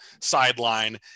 sideline